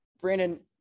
Brandon